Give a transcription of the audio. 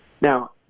Now